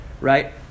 right